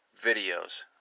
videos